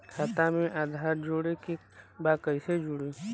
खाता में आधार जोड़े के बा कैसे जुड़ी?